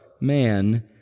man